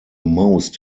most